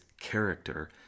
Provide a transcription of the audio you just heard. character